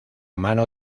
mano